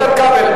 איתן כבל,